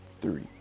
three